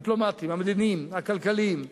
הדיפלומטיים, המדיניים, הכלכליים,